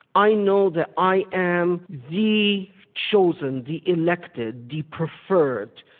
i know that i am the chosen, the elected, the preferred,